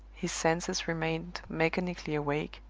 his senses remained mechanically awake,